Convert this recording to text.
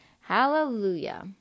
Hallelujah